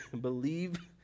believe